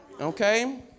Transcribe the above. Okay